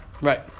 Right